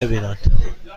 ببینند